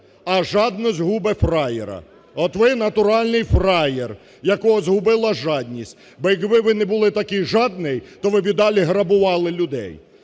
а "жаднісь губить фраєра", от ви - натуральний фраєр, якого згубила жадність, бо якби ви не були такий жадний, то ви б і далі грабували людей.